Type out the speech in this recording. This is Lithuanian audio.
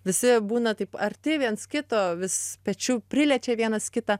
visi būna taip arti viens kito vis pečiu priliečia vienas kitą